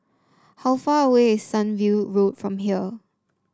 how far away is Sunview Road from here